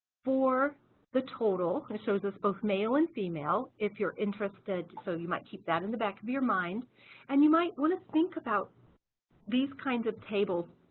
for the total and shows both male and female, if you're interested so you might keep that in the back of your mind and you might want to think about these kinds of tables